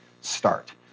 start